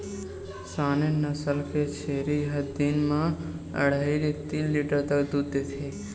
Saanen नसल के छेरी ह दिन म अड़हई ले तीन लीटर तक दूद देथे